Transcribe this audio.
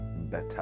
better